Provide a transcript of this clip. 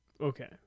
Okay